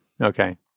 Okay